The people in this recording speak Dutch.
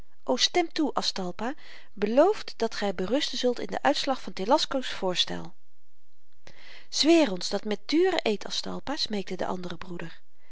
stem toe aztalpa beloof dat gy berusten zult in den uitslag van telasco's voorstel zweer ons dat met duren eed aztalpa smeekte de andere broeder